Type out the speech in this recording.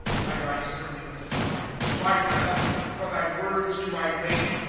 i rise early with the dawn, and cry for help for thy words do i wait.